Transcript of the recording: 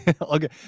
Okay